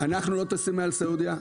אנחנו לא טסים מעל סעודיה,